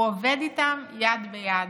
הוא עובד איתם יד ביד